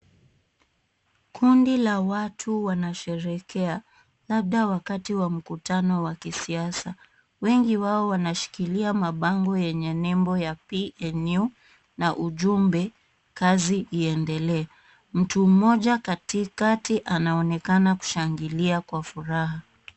Kundi la watu wanasherehekea labda wakati wa mkutano wa kisiasa. Wengi wao wanashikilia mabango yenye nembo ya PNU na ujumbe kazi iendelee. Mtu mmoja katikati anaonekana kushangilia kwa furaha.